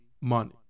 money